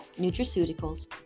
Nutraceuticals